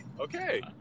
Okay